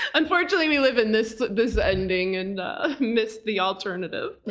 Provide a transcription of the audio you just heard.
unfortunately, we live in this this ending and ah missed the alternative.